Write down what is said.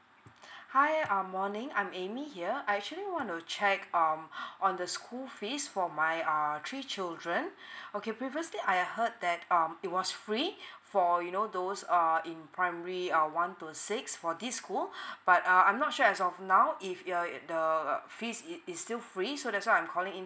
hi um morning I'm amy here I actually want to check um on the school fees for my err three children okay previously I heard that um it was free for you know those err in primary err one to six for this school but err I'm not sure as of now if the the fees is is still free so that's why I'm calling in